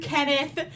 Kenneth